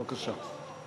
בבקשה.